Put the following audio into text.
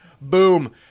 Boom